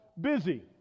busy